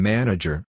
Manager